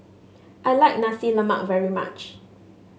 I like Nasi Lemak very much